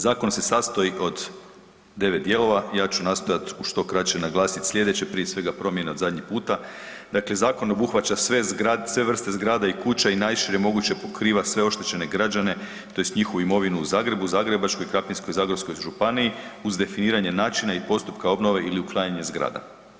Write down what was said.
Zakon se sastoji od devet dijelova i ja ću nastojati u što kraće naglasiti sljedeće, prije svega promjena od zadnji puta, dakle zakon obuhvaća sve vrsta zgrada i kuća i najšire moguće pokriva sve oštećene građane tj. njihovu imovinu u Zagrebu, Zagrebačkoj i Krapinsko-zagorskoj županiji uz definiranje načina i postupka obnove ili uklanjanje zgrada.